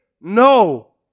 No